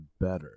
better